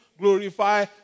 glorify